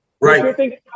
Right